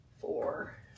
four